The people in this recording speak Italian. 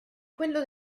quello